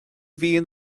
bhíonn